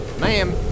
Ma'am